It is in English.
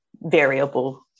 variable